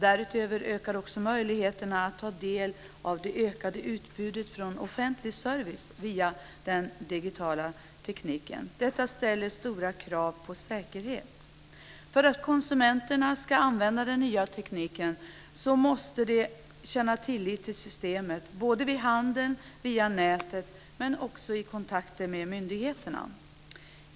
Därutöver ökar också möjligheterna att ta del av det ökade utbudet från offentlig service via den digitala tekniken. Detta ställer stora krav på säkerhet. För att medborgarna ska vilja använda den nya tekniken måste de känna tillit till systemet både vid handel via nätet och vid kontakter med myndigheterna.